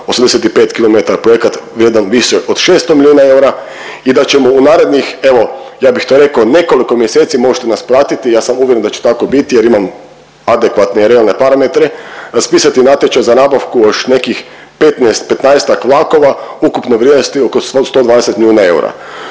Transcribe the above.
projekat vrijedan više od 600 milijuna eura i da ćemo u narednih evo ja bih to rekao nekoliko mjeseci možete nas pratiti, ja sam uvjeren da će tako biti jer imam adekvatne i realne parametre raspisati natječaj za nabavku još nekih 15, 15-tak vlakova ukupne vrijednosti oko 120 milijuna eura.